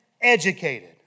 educated